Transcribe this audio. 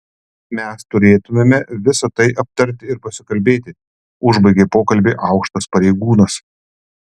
mes turėtumėme visa tai aptarti ir pasikalbėti užbaigė pokalbį aukštas pareigūnas